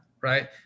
right